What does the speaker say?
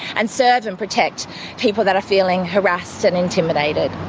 and serve and protect people that are feeling harassed and intimidated.